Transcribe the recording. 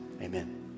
Amen